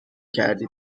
کردی